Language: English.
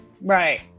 Right